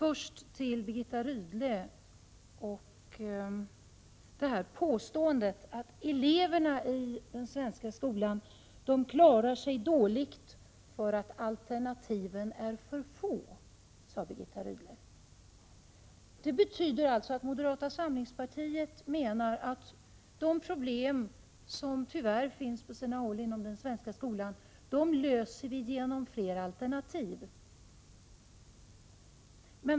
Först några ord om Birgitta Rydles påstående att eleverna i den svenska skolan klarar sig dåligt eftersom alternativen är för få. Det betyder således att moderata samlingspartiet menar att de problem som tyvärr finns på sina håll inom den svenska skolan skulle kunna lösas genom flera alternativ.